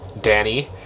Danny